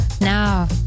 Now